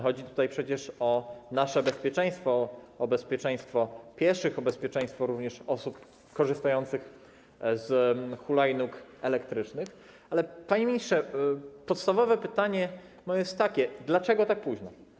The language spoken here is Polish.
Chodzi tutaj przecież o nasze bezpieczeństwo, o bezpieczeństwo pieszych, również o bezpieczeństwo osób korzystających z hulajnóg elektrycznych, ale panie ministrze, moje podstawowe pytanie jest takie: Dlaczego tak późno?